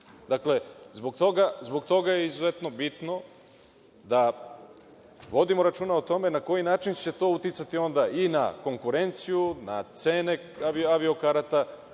Dakle, zbog toga je izuzetno bitno da vodimo računa o tome na koji način će to uticati i na konkurenciju, na cene avio karata,